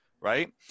Right